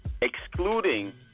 excluding